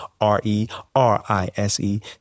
R-E-R-I-S-E